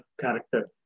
character